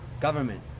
government